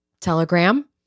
Telegram